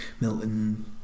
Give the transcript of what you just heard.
Milton